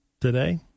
today